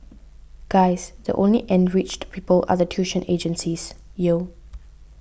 guys the only enriched people are the tuition agencies yo